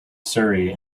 surrey